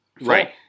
right